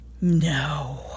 no